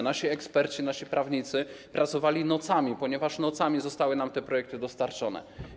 Nasi eksperci, nasi prawnicy pracowali nocami, ponieważ nocami zostały nam te projekty dostarczone.